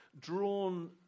drawn